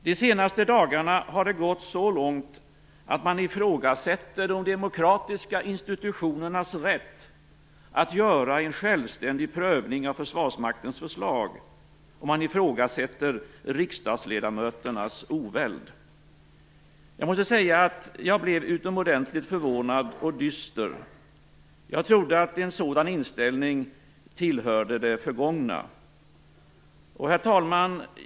Det senaste dagarna har det gått så långt att man ifrågasätter de demokratiska institutionernas rätt att göra en självständig prövning av Försvarsmaktens förslag, och man ifrågasätter riksdagsledamöternas oväld. Jag måste säga att jag blev utomordentligt förvånad och dyster. Jag trodde att en sådan inställning tillhörde det förgångna. Herr talman!